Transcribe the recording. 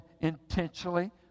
intentionally